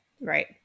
right